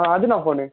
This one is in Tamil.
ஆ அது என்ன ஃபோனு